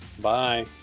Bye